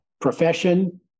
profession